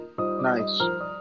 nice